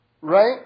Right